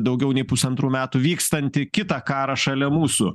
daugiau nei pusantrų metų vykstantį kitą karą šalia mūsų